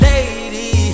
Lady